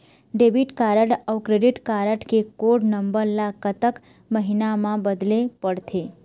Debit card अऊ credit card code कोड नंबर ला कतक महीना मा बदले पड़थे?